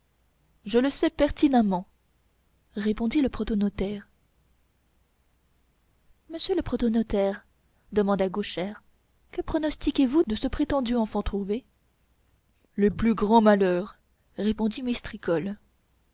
je le sais pertinemment répondit le protonotaire monsieur le protonotaire demanda gauchère que pronostiquez vous de ce prétendu enfant trouvé les plus grands malheurs répondit mistricolle